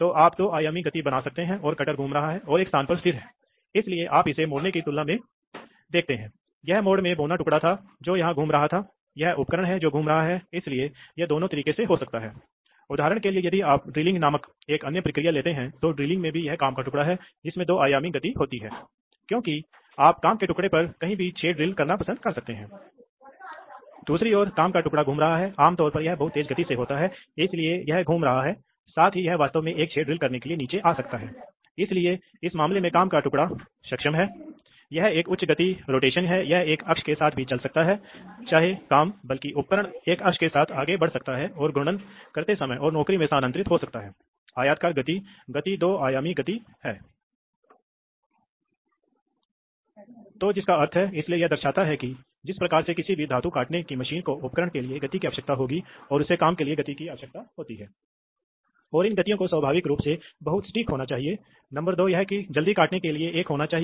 तो हमारे पास है यह एक विशेष प्रकार का वाल्व है जिसे त्वरित निकास वाल्व कहा जाता है इसकी आवश्यकता है क्योंकि यदि आप इसका उपयोग नहीं करते हैं तो जैसा कि आपने कहा था कि न्यूमेटिक में कोई रिटर्न लाइन नहीं है इसलिए हवा है आम तौर पर वायुमंडल में जारी किया जाता है अब सवाल यह है कि आप इसे वायुमंडल में छोड़ते हैं बेहतर यह है कि यह किसी एक्ट्यूएटर पर दबाव के संदर्भ में है या इसके संदर्भ में नहीं है क्योंकि हवा नहीं लगेगी क्योंकि इसके लिए अधिक दबाव की आवश्यकता नहीं होगी टयूबिंग के लिए हवा को चलाना और सिस्टम की समय प्रतिक्रिया में भी सुधार होगा इसलिए इस वाल्व का उपयोग कभी कभी तब किया जाता है जब आप दिशा नियंत्रण वाल्व पर हवा को जारी नहीं करते हैं हवा दिशा नियंत्रण वाल्व द्वारा संचालित होती है लेकिन एक त्वरित निकास वाल्व का उपयोग कर एक्ट्यूएटर पर जारी की जाती है